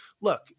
look